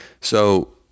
So-